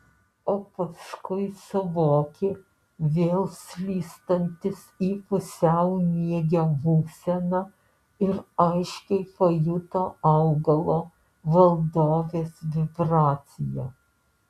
o paskui suvokė vėl slystantis į pusiaumiegio būseną ir aiškiai pajuto augalo valdovės vibraciją